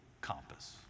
compass